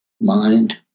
Mind